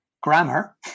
grammar